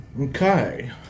okay